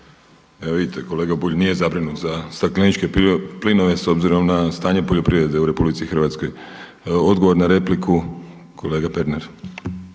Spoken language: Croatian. Evo vidite kolega Bulj nije zabrinut za stakleničke plinove s obzirom na stanje poljoprivrede u RH. Odgovor na repliku kolega Pernar.